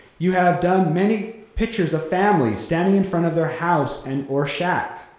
you have done many pictures of families standing in front of their house and or shack.